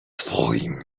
twoim